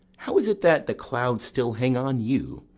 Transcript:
how is it that the clouds still hang on you?